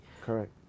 Correct